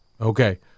okay